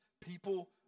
people